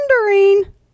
wondering